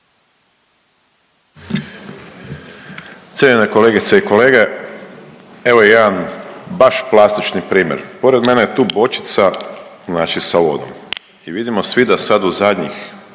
Cijenjene kolegice i kolege, evo jedan baš plastični primjer. Pored mene je tu bočica znači sa vodom i vidimo svi da sad u zadnjih